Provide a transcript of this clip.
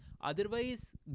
Otherwise